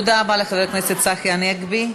תודה רבה לחבר הכנסת צחי הנגבי.